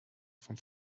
vom